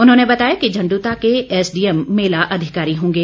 उन्होंने बताया कि झंण्डूता के एसडीएम मेला अधिकारी होगें